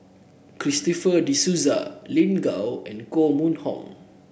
Christopher De Souza Lin Gao and Koh Mun Hong